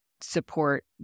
support